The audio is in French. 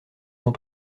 sont